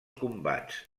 combats